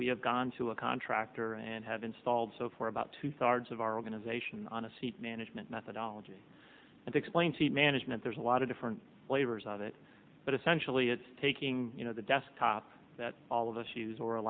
we have gone to a contractor and have installed so for about two thirds of our organization on a seat management methodology and explains the management there's a lot of different flavors of it but essentially it's taking you know the desktop that all of us use or a